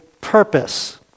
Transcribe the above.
purpose